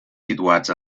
situats